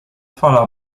fala